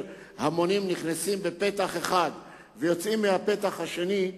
המונים נכנסים מפתח אחד ויוצאים מהפתח השני,